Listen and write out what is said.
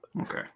okay